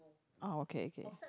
oh okay okay